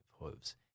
hooves